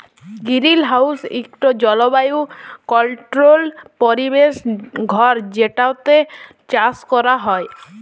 greenhouse ইকট জলবায়ু controlled পরিবেশ ঘর যেটতে চাষ ক্যরা হ্যয়